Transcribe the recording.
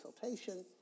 consultation